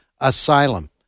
asylum